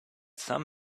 some